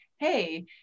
hey